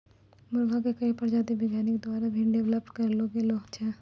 मुर्गा के कई प्रजाति वैज्ञानिक द्वारा भी डेवलप करलो गेलो छै